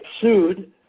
sued